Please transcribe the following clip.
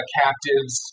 captives